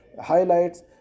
highlights